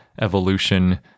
evolution